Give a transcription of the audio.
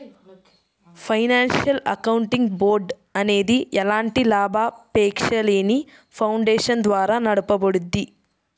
financial accounting board అనేది ఎలాంటి లాభాపేక్షలేని ఫౌండేషన్ ద్వారా నడపబడుద్ది